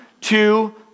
two